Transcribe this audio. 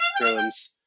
rooms